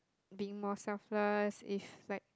being for suffers is like